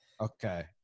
Okay